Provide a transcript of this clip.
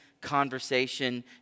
conversation